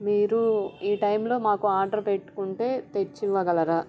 మీరు ఈ టైంలో మాకు ఆర్డర్ పెట్టుకుంటే తెచ్చి ఇవ్వగలరా